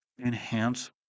Enhance